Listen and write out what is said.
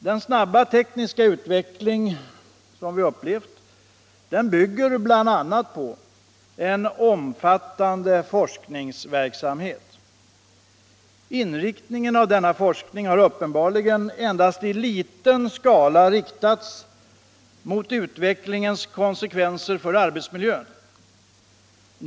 Den snabba tekniska utveckling som vi har upplevt bygger bl.a. på en omfattande forskningsverksamhet. Inriktningen av denna forskning har uppenbarligen endast i liten skala riktats mot utvecklingens konsekvenser för arbetsmiljön.